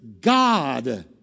God